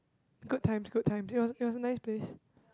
good times good times it was it was a nice place